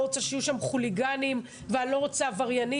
לא רוצה שיהיו שם חוליגנים ואני לא רוצה עבריינים.